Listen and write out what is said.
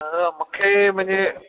मूंखे मुंहिंजे